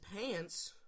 pants